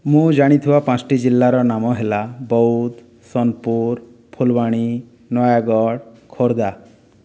ମୁଁ ଜାଣିଥିବା ପାଞ୍ଚଟି ଜିଲ୍ଲାର ନାମ ହେଲା ବଉଦ ସୋନପୁର ଫୁଲବାଣୀ ନୟାଗଡ଼ ଖୋର୍ଦ୍ଧା